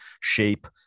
shape